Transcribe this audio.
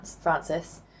Francis